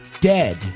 dead